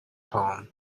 poem